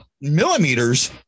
millimeters